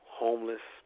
homeless